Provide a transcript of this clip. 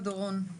דורון.